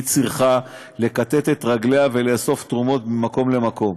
היא צריכה לכתת את רגליה ולאסוף תרומות ממקום למקום